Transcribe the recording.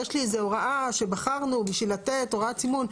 יש לי איזה הוראה שבחרנו בשביל לתת הוראת סימון'.